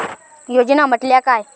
योजना म्हटल्या काय?